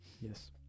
Yes